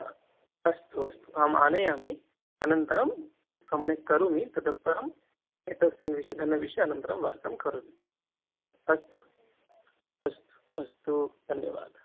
अस्तु अस्तु अहम् आनयामि अनन्तरं सम्यक् करोमि ततः परं एतस्मिन् विषये धनविषये अनन्तरं वार्तां करोमि अस्तु अस्तु अस्तु धन्यवादः